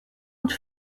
het